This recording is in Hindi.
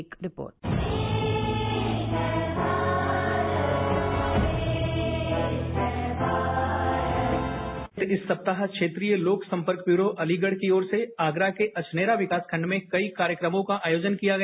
एक रिपोर्ट इस सप्ताह क्षेत्रीय लोकसंपर्क ब्यूरो अलीगढ़ की और से आगरा के अछनेरा विकास खंड में कई कार्यक्रमों का आयोजन किया गया